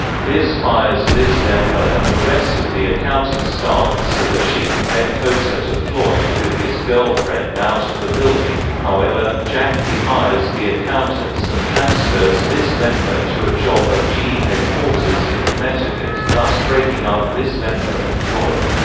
liz fires liz lemler and the rest of the accounting staff so that she can get closer to floyd, with his girlfriend out of the building however, jack rehires the accountants and transfers liz lemler to a job at ge headquarters in connecticut, thus breaking up liz lemler and floyd.